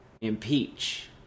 impeach